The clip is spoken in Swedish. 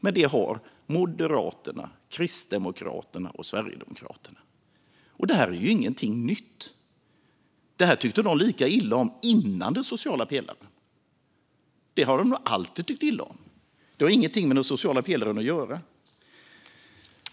Men det har Moderaterna, Kristdemokraterna och Sverigedemokraterna, och det är ingenting nytt. Det här tyckte de lika illa om före den sociala pelaren. Det har de nog alltid tyckt illa om. Det har ingenting med den sociala pelaren att göra.